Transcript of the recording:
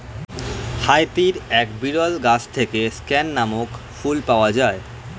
হাইতির এক বিরল গাছ থেকে স্ক্যান নামক ফুল পাওয়া যায়